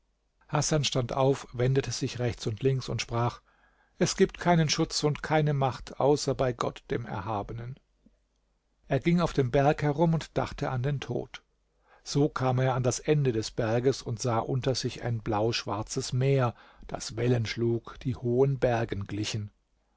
hasan stand auf wendete sich rechts und links und sprach es gibt keinen schutz und keine macht außer bei gott dem erhabenen er ging auf dem berg herum und dachte an den tod so kam er an das ende des berges und sah unter sich ein blauschwarzes meer das wellen schlug die hohen bergen glichen